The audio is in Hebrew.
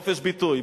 יש פה חופש ביטוי.